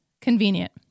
Convenient